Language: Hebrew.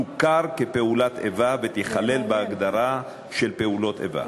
תוכר כפעולת איבה ותיכלל בהגדרה של פעולות איבה.